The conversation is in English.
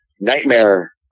Nightmare